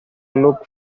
luke